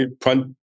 front